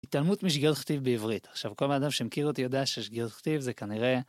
התעלמות משגיאות כתיב בעברית. עכשיו, כל האדם שמכיר אותי יודע ששגיאות כתיב זה כנראה...